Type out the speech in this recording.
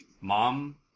Mom